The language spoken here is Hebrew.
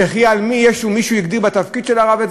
וכי מישהו הגדיר את זה בתפקיד של הרב?